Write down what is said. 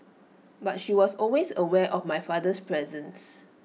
but she was always aware of my father's presence